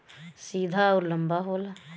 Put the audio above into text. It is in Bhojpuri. सीधा अउर लंबा होला